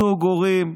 זוג הורים,